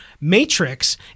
matrix